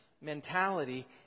mentality